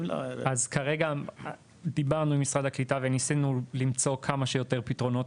אז כרגע דיברנו עם משרד הקליטה וניסינו למצוא כמה שיותר פתרונות,